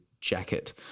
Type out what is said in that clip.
jacket